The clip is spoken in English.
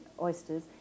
oysters